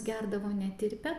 gerdavo netirpią